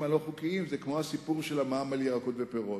הלא-חוקיים זה כמו הסיפור של המע"מ על ירקות ופירות.